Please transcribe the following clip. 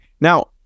Now